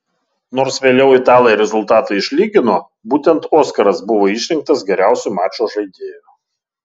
nors vėliau italai rezultatą išlygino būtent oskaras buvo išrinktas geriausiu mačo žaidėju